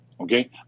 Okay